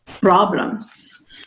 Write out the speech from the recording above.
problems